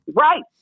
right